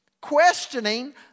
questioning